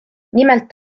nimelt